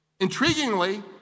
Intriguingly